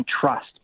trust